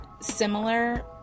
similar